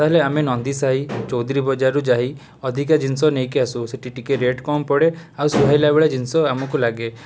ତାହେଲେ ଆମେ ନନ୍ଦିସାହି ଚୌଧୁରୀ ବଜାରରୁ ଯାଇ ଅଧିକ ଜିନିଷ ନେଇକି ଆସୁ ସେଇଠି ଟିକେ ରେଟ୍ କମ୍ ପଡ଼େ ଆଉ ସୁହାଇଲା ଭଳି ଜିନିଷ ଆମକୁ ଲାଗେ